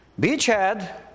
Beachhead